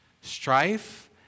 strife